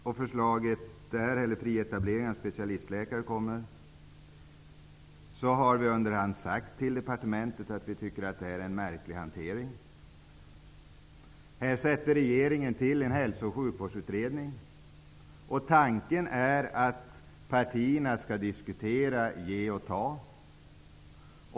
Nu när frågan om fri etablering av specialistläkare kommit upp har vi under hand sagt till departementet att vi tycker att det är en märklig hantering som förekommit. Här sätter regeringen till en Hälso och sjukvårdsutredning, och tanken är att partierna skall diskutera, ge och ta.